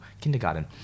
kindergarten